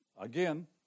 again